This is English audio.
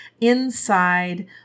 inside